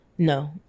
no